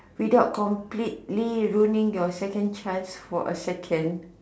without completely ruining a second chance for your second